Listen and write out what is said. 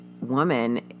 woman